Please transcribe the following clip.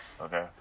okay